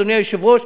אדוני היושב-ראש,